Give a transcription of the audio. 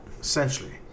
Essentially